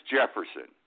Jefferson